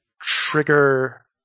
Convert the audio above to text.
trigger